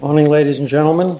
only ladies and gentlemen